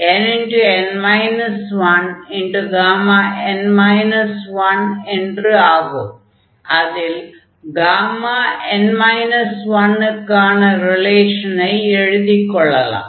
அதில் n 1 க்கான ரிலேஷனை எழுதிக் கொள்ளலாம்